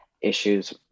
issues